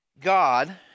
God